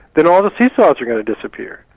then all the see-saws are going to disappear.